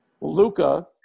Luca